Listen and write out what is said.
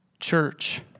Church